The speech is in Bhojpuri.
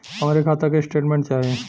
हमरे खाता के स्टेटमेंट चाही?